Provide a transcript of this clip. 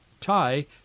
tie